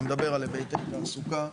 אני מדבר על היבטי התעסוקה,